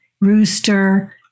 rooster